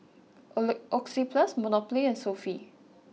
Oli Oxyplus Monopoly and Sofy